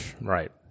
Right